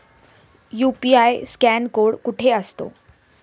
UPI scan code कुठे असतो?